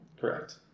Correct